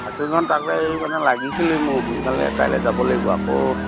caste চাৰ্টিফিকেটখন তাৰপৰা এই লাগিছিলেই মোক সোনকালে কাইলৈ যাব লাগিব আকৌ